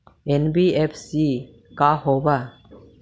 NBFC का होब?